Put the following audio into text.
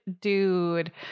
dude